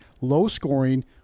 low-scoring